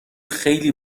خیلی